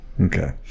Okay